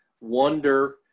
wonder